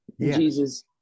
Jesus